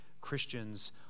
Christians